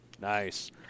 Nice